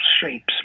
shapes